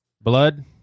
Blood